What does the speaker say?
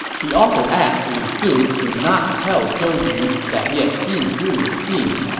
he also asked lu su to not tell zhou yu that he had seen through the scheme,